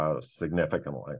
significantly